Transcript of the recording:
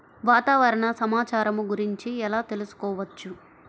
వాతావరణ సమాచారము గురించి ఎలా తెలుకుసుకోవచ్చు?